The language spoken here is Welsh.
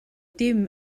dim